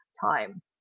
time